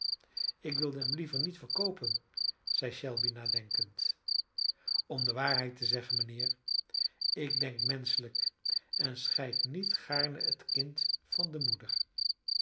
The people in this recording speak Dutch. ik wilde hem liever niet verkoopen zeide shelby nadenkend om de waarheid te zeggen mijnheer ik denk menschelijk en scheid niet gaarne het kind van de moeder